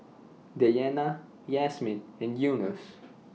Dayana Yasmin and Yunos